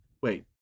Wait